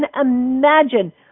imagine